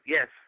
Yes